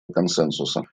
консенсуса